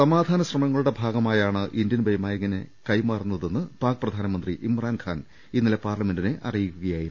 സമാധാന ശ്രമങ്ങളുടെ ഭാഗമായാണ് ഇന്ത്യൻ വൈമാനികനെ കൈമാറുന്നതെന്ന് പാക് പ്രധാനമന്ത്രി ഇമ്രാൻ ഖാൻ ഇന്നലെ പാർല മെന്റിനെ അറിയിക്കുകയായിരുന്നു